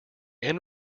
end